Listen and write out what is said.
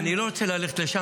לא, לא.